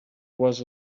was